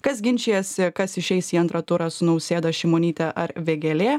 kas ginčijasi kas išeis į antrą turą su nausėda šimonytė ar vėgėlė